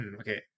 okay